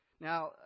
Now